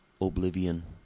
oblivion